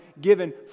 given